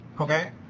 Okay